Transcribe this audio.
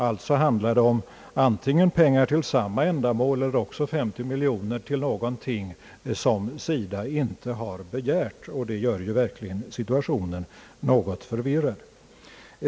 Alltså handlar det om antingen pengar till samma ändamål eller också 50 miljoner till någonting som SIDA inte har begärt, och det gör verkligen situationen något förvirrande.